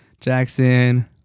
Jackson